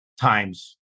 times